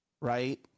right